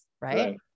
right